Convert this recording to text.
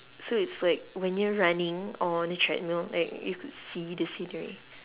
so it's like when you're running on the treadmill right you could see the scenery